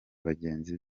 bagenzi